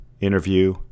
interview